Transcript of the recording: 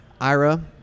Ira